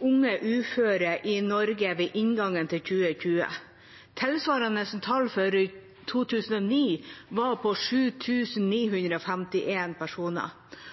unge uføre i Norge ved inngangen til 2020. Tilsvarende tall for 2009 var 7 951 personer. Dette er en økning på